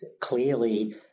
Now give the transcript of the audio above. clearly